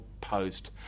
post